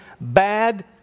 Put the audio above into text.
bad